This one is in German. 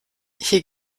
hier